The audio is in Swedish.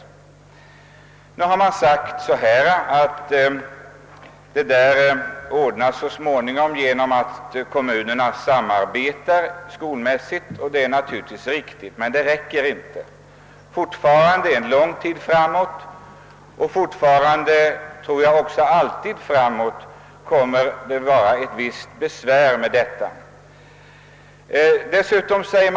Nu har det sagts att detta ordnas efter hand genom att kommunerna samarbetar skolmässigt, och det är naturligtvis riktigt. Men det räcker inte. För lång tid framåt — jag tror för alltid — kommer dessa förhållanden att medföra visst besvär.